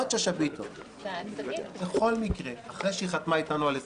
ביטון יכלה להתמודד בפריימריז של הליכוד